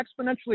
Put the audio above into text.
exponentially